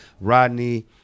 Rodney